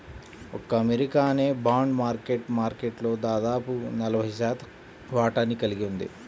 ఒక్క అమెరికానే bond market మార్కెట్లో దాదాపు నలభై శాతం వాటాని కలిగి ఉంది